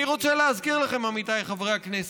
אני רוצה להזכיר לכם, עמיתיי חברי הכנסת,